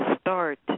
start